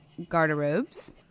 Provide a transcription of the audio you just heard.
garderobes